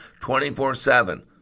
24-7